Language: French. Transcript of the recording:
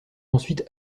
ensuite